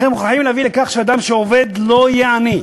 לכן מוכרחים להביא לכך שאדם שעובד לא יהיה עני.